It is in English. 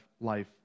life